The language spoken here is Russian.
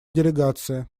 делегация